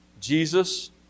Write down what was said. Jesus